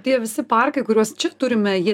tie visi parkai kuriuos čia turime jie